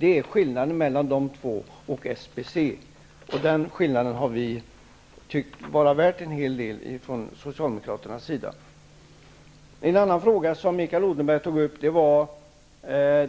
Det är skillnaden mellan de två och SBC, och den skillnaden har vi från Socialdemokraternas sida tyckt vara värd en